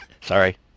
Sorry